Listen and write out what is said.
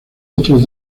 otros